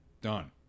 done